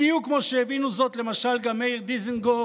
בדיוק כמו שהבינו זאת למשל גם מאיר דיזנגוף